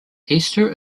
easter